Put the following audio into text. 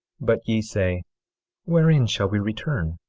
but ye say wherein shall we return?